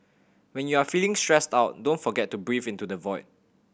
when you are feeling stressed out don't forget to breathe into the void